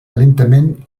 lentament